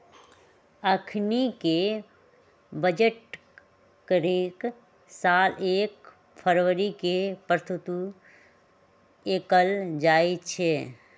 अखनीके बजट हरेक साल एक फरवरी के प्रस्तुत कएल जाइ छइ